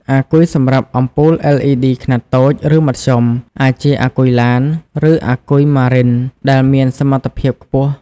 អាគុយសម្រាប់អំពូល LED ខ្នាតតូច ឬមធ្យម អាចជាអាគុយឡាន ឬអាគុយ Marine ដែលមានសមត្ថភាពខ្ពស់។